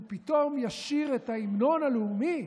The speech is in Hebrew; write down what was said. והוא פתאום ישיר את ההמנון הלאומי,